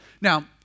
Now